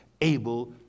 able